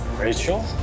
Rachel